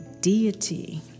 deity